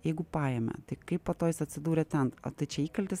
jeigu paėmė tai kaip po to jis atsidūrė ten o tai čia įkaltis